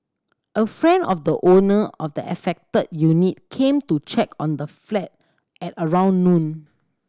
a friend of the owner of the affected unit came to check on the flat at around noon